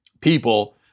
people